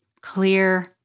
clear